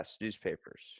Newspapers